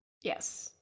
Yes